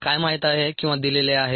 काय माहित आहे किंवा दिलेले आहे